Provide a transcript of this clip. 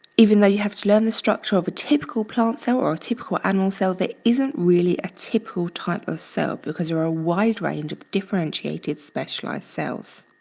even though you have to learn the structure of a typical plant cell or a typical animal cell, there isn't really a typical type of cell because there are a wide range of differentiated specialized cells.